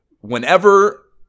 whenever